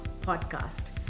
podcast